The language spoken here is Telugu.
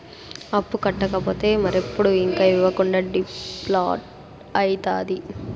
అప్పు కట్టకపోతే మరెప్పుడు ఇంక ఇవ్వకుండా డీపాల్ట్అయితాది